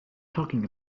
talking